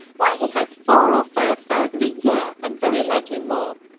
why, he has four or five thousand a year, and very likely more.